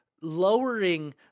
lowering